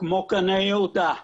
כמו גני יהודה,